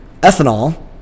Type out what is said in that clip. Ethanol